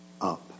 up